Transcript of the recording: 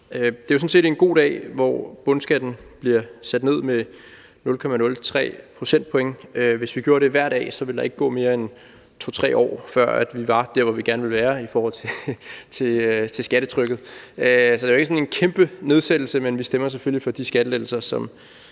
set en god dag, hvor bundskatten bliver sat ned med 0,03 procentpoint, og hvis vi gjorde det hver dag, ville der ikke gå mere end 2, 3 år, før vi var der, hvor vi gerne ville være i forhold til skattetrykket. Så det er ikke sådan en kæmpe nedsættelse, men vi stemmer selvfølgelig for de skattelettelser,